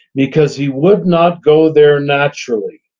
because he would not go there naturally.